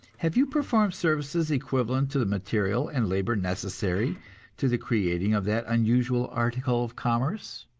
have you performed services equivalent to the material and labor necessary to the creating of that unusual article of commerce?